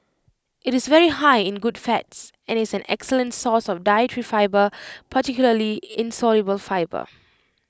IT is very high in good fats and is an excellent source of dietary fibre particularly insoluble fibre